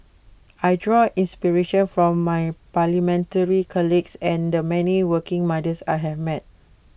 I draw inspiration from my parliamentary colleagues and the many working mothers I have met